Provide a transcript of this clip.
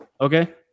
okay